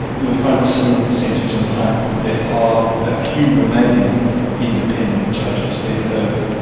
you'll find a similar percentage in the high court. there are a few remaining independent judges left over,